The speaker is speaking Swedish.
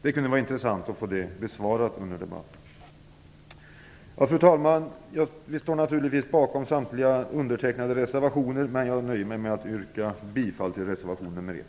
Det kunde vara intressant att få svar på under debatten. Fru talman! Vi står naturligtvis bakom alla de reservationer som jag undertecknat i betänkandet, men jag nöjer mig med att yrka bifall till reservation 1.